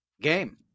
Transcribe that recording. game